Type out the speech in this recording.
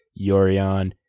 Yorion